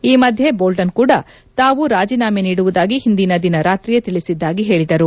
ಈ ಮಧ್ಯೆ ಬೋಲ್ಟನ್ ಕೂಡಾ ತಾವು ರಾಜೀನಾಮೆ ನೀಡುವುದಾಗಿ ಹಿಂದಿನ ದಿನ ರಾತ್ರಿಯೇ ತಿಳಿಸಿದ್ದಾಗಿ ಹೇಳಿದರು